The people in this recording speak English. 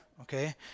Okay